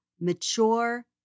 mature